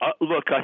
Look